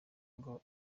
ngo